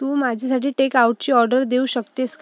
तू माझ्यासाठी टेक आउटची ऑर्डर देऊ शकतेस